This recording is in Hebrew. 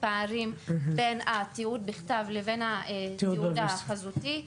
פערים בין התיעוד בכתב לבין התיעוד החזותי.